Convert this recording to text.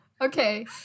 Okay